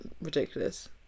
ridiculous